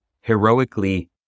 heroically